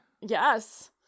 yes